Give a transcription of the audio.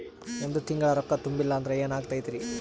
ಒಂದ ತಿಂಗಳ ರೊಕ್ಕ ತುಂಬಿಲ್ಲ ಅಂದ್ರ ಎನಾಗತೈತ್ರಿ?